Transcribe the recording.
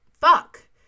Fuck